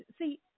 see